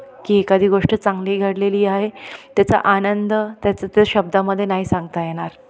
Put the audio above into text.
की एखादी गोष्ट चांगली घडलेली आहे त्याचा आनंद त्याचं ते शब्दामध्ये नाही सांगता येणार